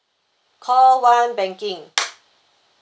call one banking